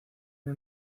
una